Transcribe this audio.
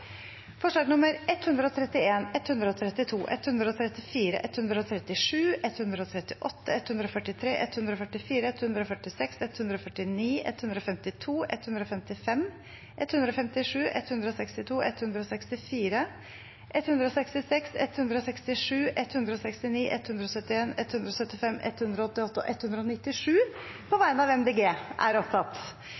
132, 134, 137, 138, 143, 144, 146, 149, 152, 155, 157, 162, 164, 166, 167, 169, 171, 175, 188 og